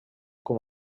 com